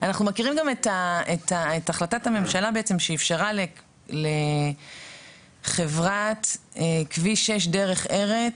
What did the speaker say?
אנחנו מכירים בעצם גם את החלטת הממשלה שאפשרה לחברת כביש 6 דרך ארץ,